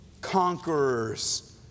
conquerors